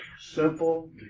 Simple